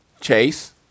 Chase